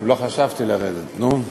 ולא חשבתי לרדת, נו.